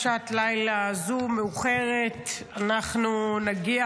בשעת לילה מאוחרת זו אנחנו נגיע,